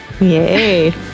Yay